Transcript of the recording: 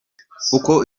uko